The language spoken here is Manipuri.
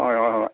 ꯍꯣꯏ ꯍꯣꯏ ꯍꯣꯏ